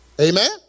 Amen